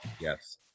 Yes